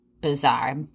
bizarre